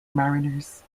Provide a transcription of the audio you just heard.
mariners